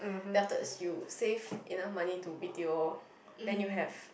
then afterwards you safe enough money to B_T_O then you have